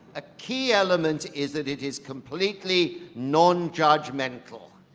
a key element is that it is completely nonjudgmental.